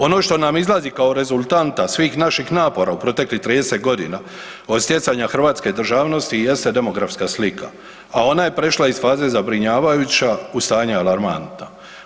Ono što nam izlazi kao rezultanta svih naših napora u proteklih 30.g. od stjecanja hrvatske državnosti i jeste demografska slika, a ona je prešla iz faze zabrinjavajuća u stanje alarmantno.